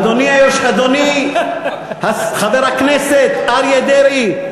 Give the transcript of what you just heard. אדוני חבר הכנסת אריה דרעי,